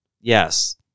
Yes